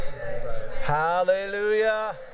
Hallelujah